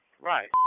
right